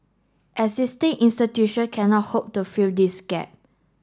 existing institution cannot hope to fill this gap